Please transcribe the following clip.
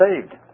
saved